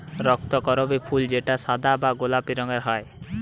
রক্তকরবী ফুল যেটা সাদা বা গোলাপি রঙের হ্যয়